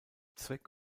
zweck